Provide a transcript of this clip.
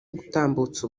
gutambutsa